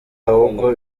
ahubwo